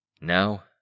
Now